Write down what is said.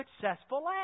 successful